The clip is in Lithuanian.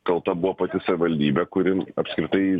kalta buvo pati savivaldybė kuri apskritai